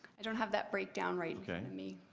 i don't have that breakdown right i mean